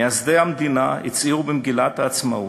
מייסדי המדינה הצהירו במגילת העצמאות: